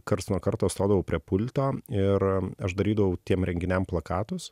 karts nuo karto stodavau prie pulto ir aš darydavau tiem renginiam plakatus